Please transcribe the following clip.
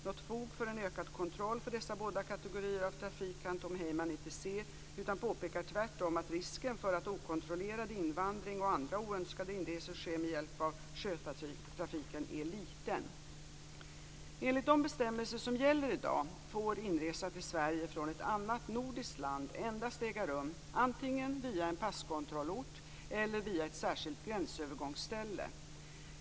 Något fog för en ökad kontroll för dessa båda kategorier av trafik kan Tom Heyman inte se, utan påpekar tvärtom att risken för att okontrollerad invandring och andra oönskade inresor sker med hjälp av sjötrafiken är liten. Enligt de bestämmelser som gäller i dag får inresa till Sverige från ett annat nordiskt land endast äga rum antingen via en passkontrollort eller via ett särskilt gränsövergångsställe.